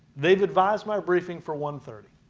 they've advised my briefing for one thirty.